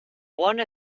one